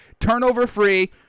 turnover-free